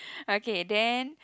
okay then